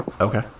Okay